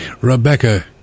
Rebecca